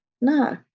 no